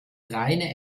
rheine